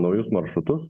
naujus maršrutus